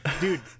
dude